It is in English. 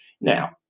Now